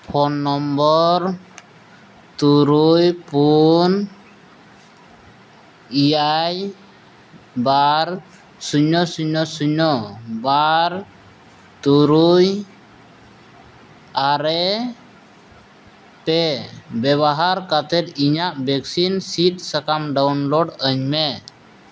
phone number ᱛᱩᱨᱩᱭ ᱯᱩᱱ ᱮᱭᱟᱭ ᱵᱟᱨ ᱥᱩᱱᱱᱚ ᱥᱩᱱᱱᱚ ᱵᱟᱨ ᱛᱩᱨᱩᱭ ᱟᱨᱮ ᱯᱮ ᱵᱮᱵᱚᱦᱟᱨ ᱠᱟᱛᱮᱫ ᱤᱧᱟᱹᱜ ᱵᱷᱮᱠᱥᱤᱱ ᱥᱤᱫᱽ ᱥᱟᱠᱟᱢ ᱰᱟᱣᱩᱱᱞᱳᱰᱟᱹᱧ ᱢᱮ